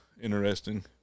interesting